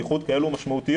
בייחוד כאלה משמעותיות,